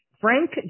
Frank